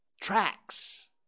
Tracks